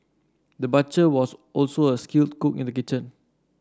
the butcher was also a skilled cook in the kitchen